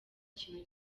kintu